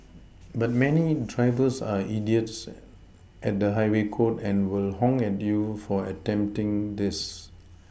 but many drivers are idiots at the highway code and will honk at you for attempting this